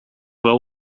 wel